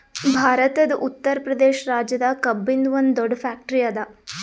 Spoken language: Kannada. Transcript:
ಭಾರತದ್ ಉತ್ತರ್ ಪ್ರದೇಶ್ ರಾಜ್ಯದಾಗ್ ಕಬ್ಬಿನ್ದ್ ಒಂದ್ ದೊಡ್ಡ್ ಫ್ಯಾಕ್ಟರಿ ಅದಾ